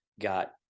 got